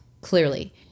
Clearly